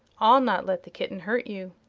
i'll not let the kitten hurt you.